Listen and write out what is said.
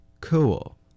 Cool